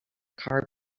car